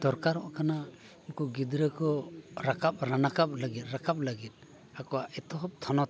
ᱫᱚᱨᱠᱟᱨᱚᱜ ᱠᱟᱱᱟ ᱩᱱᱠᱩ ᱜᱤᱫᱽᱨᱟᱹ ᱠᱚ ᱨᱟᱠᱟᱯ ᱨᱟᱱᱟᱠᱟᱯ ᱞᱟᱹᱜᱤᱫ ᱨᱟᱠᱟᱯ ᱞᱟᱹᱜᱤᱫ ᱟᱠᱚᱣᱟᱜ ᱮᱛᱚᱦᱚᱵ ᱛᱷᱚᱱᱚᱛ